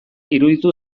iruditu